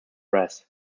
breath